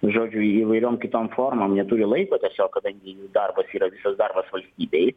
nu žodžiu įvairiom kitom formom neturi laiko tiesiog kadangi jų darbas yra visas darbas valstybei